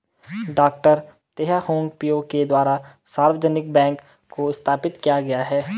डॉ Teh Hong Piow के द्वारा सार्वजनिक बैंक को स्थापित किया गया है